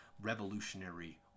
Revolutionary